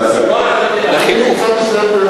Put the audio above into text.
סגן השר,